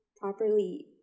properly